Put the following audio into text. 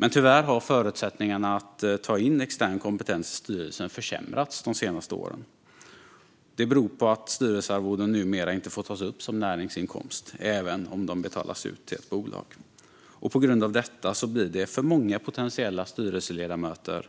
Men tyvärr har förutsättningarna för att ta in extern kompetens i styrelsen försämrats de senaste åren. Det beror på att styrelsearvoden numera inte får tas upp som näringsinkomst även om de betalas ut till ett bolag. På grund av detta blir det för många potentiella styrelseledamöter